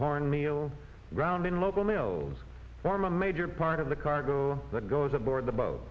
corn meal ground in local mills form a major part of the cargo that goes aboard the boat